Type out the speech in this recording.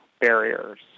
barriers